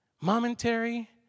Momentary